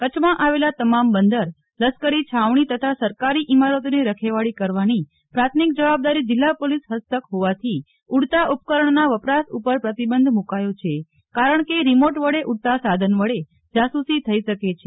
કચ્છમાં આવેલા તમામ બંદર લશ્કરી છાવણી તથા સરકારી ઇમારતોની રખેવાળી કરવાની પ્રાથમિક જવાબદારી જિલ્લા પોલીસ હસ્તક હોવાથી ઉડતા ઉપકરણના વપરાશ ઉપર પ્રતિબંધ મૂકાયો છે કારણ કે રીમોટ વડે ઉડતા સાધન વડે જાસૂસી થઇ શકે છે